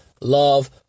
love